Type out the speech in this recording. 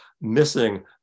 missing